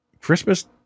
Christmas